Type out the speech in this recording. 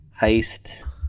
Heist